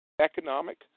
economic